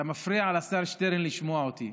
אתה מפריע לשר שטרן לשמוע אותי.